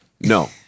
No